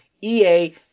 EA